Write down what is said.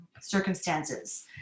circumstances